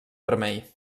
vermell